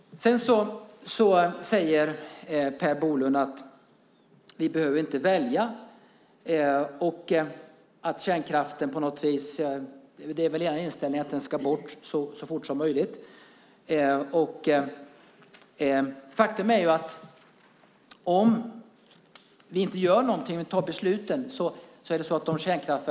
Per Bolund säger att vi inte behöver välja. Det är väl er inställning att kärnkraften ska bort så fort som möjligt. Faktum är att de kärnkraftverk vi har blir uttjänta i slutet på 2020-talet.